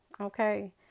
Okay